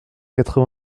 quatre